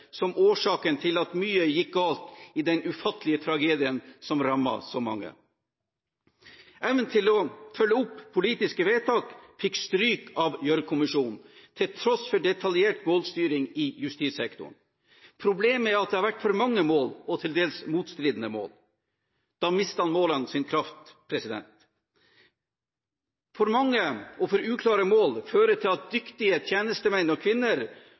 som årsaken til at mye gikk galt i den ufattelige tragedien som rammet så mange. Evnen til å følge opp politiske vedtak fikk stryk av Gjørv-kommisjonen til tross for detaljert målstyring i justissektoren. Problemet er at det har vært for mange og til dels motstridende mål. Da mister målene sin kraft. For mange og for uklare mål fører til at dyktige tjenestemenn og